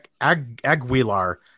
Aguilar